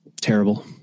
terrible